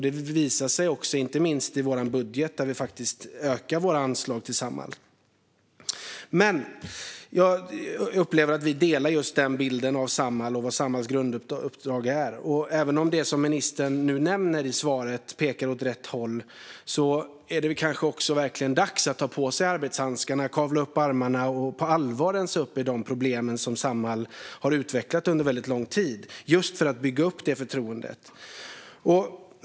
Det visar sig inte minst i vår budget, där vi faktiskt ökar anslaget till Samhall. Jag upplever att vi delar denna bild av Samhall och av vad Samhalls grunduppdrag är. Men även om det som ministern nämnde i sitt svar pekar åt rätt håll är det verkligen dags att också ta på sig arbetshandskarna, kavla upp ärmarna och på allvar rensa upp bland de problem som Samhall har utvecklat under väldigt lång tid. Detta för att återuppbygga förtroendet.